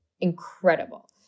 incredible